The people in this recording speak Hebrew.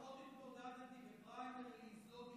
לפחות התמודדתי בפריימריז,